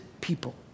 people